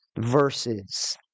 verses